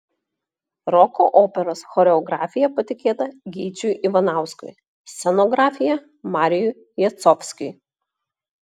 roko operos choreografija patikėta gyčiui ivanauskui scenografija marijui jacovskiui